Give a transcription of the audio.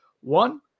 One